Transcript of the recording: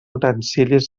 utensilis